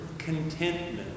contentment